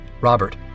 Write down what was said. Robert